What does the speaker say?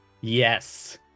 Yes